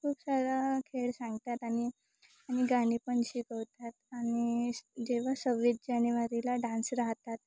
खूप साऱ्या खेळ सांगतात आणि आणि गाणे पण शिकवतात आणि जेव्हा सव्वीस जानेवारीला डान्स राहतात